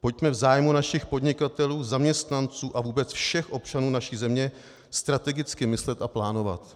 Pojďme v zájmu našich podnikatelů, zaměstnanců a vůbec všech občanů naší země strategicky myslet a plánovat.